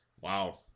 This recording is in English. Wow